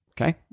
Okay